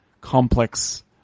complex